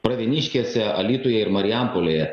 pravieniškėse alytuje ir marijampolėje